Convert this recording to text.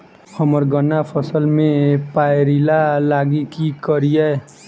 हम्मर गन्ना फसल मे पायरिल्ला लागि की करियै?